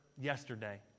yesterday